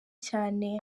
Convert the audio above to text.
cyane